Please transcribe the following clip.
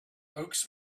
oaks